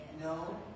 No